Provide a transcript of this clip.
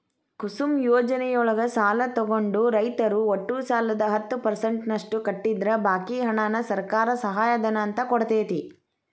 ಕುಸುಮ್ ಯೋಜನೆಯೊಳಗ ಸಾಲ ತೊಗೊಂಡ ರೈತರು ಒಟ್ಟು ಸಾಲದ ಹತ್ತ ಪರ್ಸೆಂಟನಷ್ಟ ಕಟ್ಟಿದ್ರ ಬಾಕಿ ಹಣಾನ ಸರ್ಕಾರ ಸಹಾಯಧನ ಅಂತ ಕೊಡ್ತೇತಿ